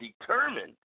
determined